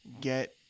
get